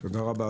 תודה רבה,